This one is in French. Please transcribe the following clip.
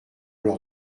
leur